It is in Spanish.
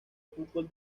fútbol